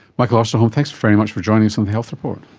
michael osterholm, thanks very much for joining us on the health report.